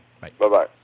Bye-bye